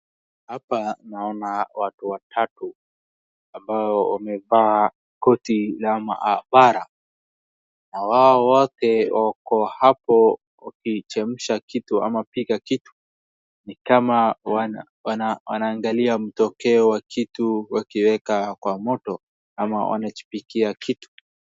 Watu watatu ambao wamevaa koti la maabara na hao wote wako hapo wakichemsha kitu ama pika kitu. Ni kama wanaangalia matokea ya kitu wakiweka kwa moto ama wanajipikia kitu.